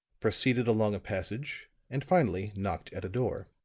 proceeded along a passage and finally knocked at a door.